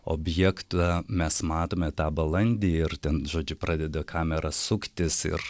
objektą mes matome tą balandį ir ten žodžiu pradeda kamera suktis ir